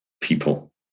people